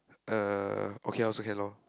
uh okay lor also can lor